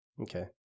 Okay